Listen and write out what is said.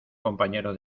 compañero